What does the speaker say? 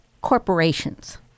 corporations